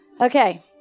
Okay